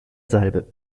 salbe